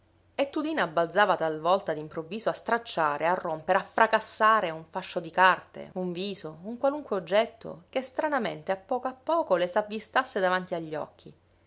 e tudina balzava talvolta d'improvviso a stracciare a rompere a fracassare un fascio di carte un viso un qualunque oggetto che stranamente a poco a poco le s'avvistasse davanti agli occhi